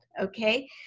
okay